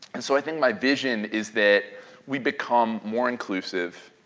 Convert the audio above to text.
and so i think my vision is that we become more inclusive,